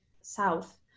South